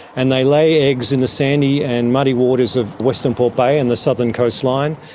and they lay eggs in the sandy and muddy waters of westernport bay and the southern coastline.